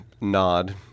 nod